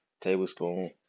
Tablespoon